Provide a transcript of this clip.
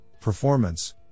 performance